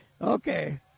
Okay